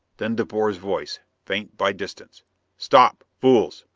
then de boer's voice, faint by distance stop! fools!